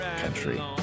country